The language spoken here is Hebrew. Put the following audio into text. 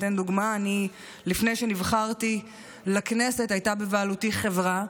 אני אתן דוגמה: לפני שנבחרתי לכנסת הייתה בבעלותי חברה,